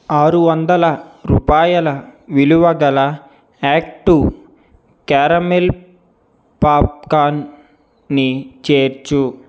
ఆరు వందల రూపాయల విలువ గల యాక్ట్ టూ క్యారమెల్ పాప్ కార్న్ని చేర్చు